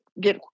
get